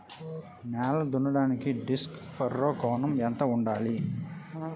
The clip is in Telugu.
నేల దున్నడానికి డిస్క్ ఫర్రో కోణం ఎంత ఉండాలి?